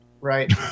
Right